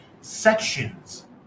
sections